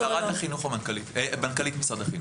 שרת החינוך או מנכ"לית משרד החינוך.